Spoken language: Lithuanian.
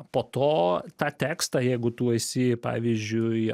po to tą tekstą jeigu tu esi pavyzdžiui